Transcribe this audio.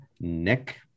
Nick